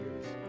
years